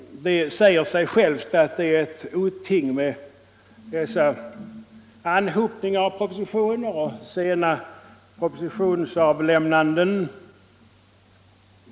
Det säger sig självt att det är ett oting med dessa anhopningar av propositioner och sena propositionsavlämnanden.